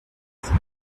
asked